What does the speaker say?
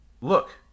Look